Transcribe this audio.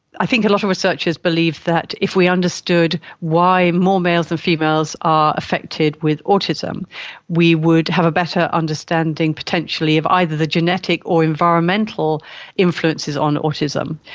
i think a lot of researchers believe that if we understood why more males than females are affected with autism we would have a better understanding potentially of either the genetic or environmental influences on autism.